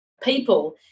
people